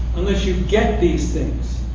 unless you get these things.